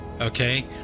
okay